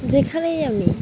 যেখানেই আমি